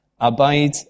abide